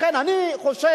לכן אני חושב,